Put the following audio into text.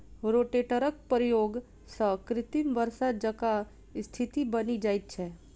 रोटेटरक प्रयोग सॅ कृत्रिम वर्षा जकाँ स्थिति बनि जाइत छै